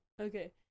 Okay